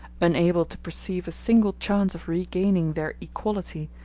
unable to perceive a single chance of regaining their equality,